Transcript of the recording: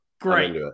great